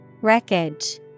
Wreckage